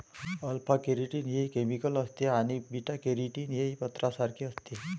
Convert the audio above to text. alpha keratin हे helical असते आणि बीटा केराटीन हे पत्र्यासारखे असते